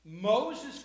Moses